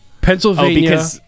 Pennsylvania